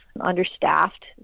understaffed